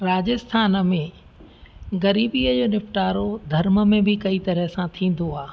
राजस्थान में ग़रीबीअ यो निपटारो धर्म में बि कई तरह सां थींदो आहे